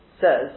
says